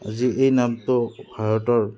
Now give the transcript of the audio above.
আজি এই নামটো ভাৰতৰ